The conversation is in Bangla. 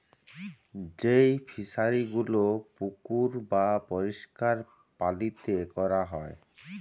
যেই ফিশারি গুলো পুকুর বাপরিষ্কার পালিতে ক্যরা হ্যয়